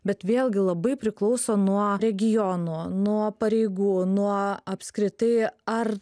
bet vėlgi labai priklauso nuo regionų nuo pareigų nuo apskritai ar